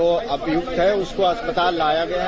जो अभियुक्त उसको अस्पताल लाया गया है